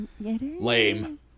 Lame